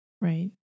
right